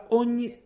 ogni